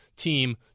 Team